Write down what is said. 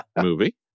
movie